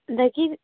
ꯑꯗꯒꯤ